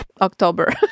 October